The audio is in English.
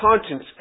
conscience